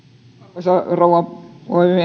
arvoisa rouva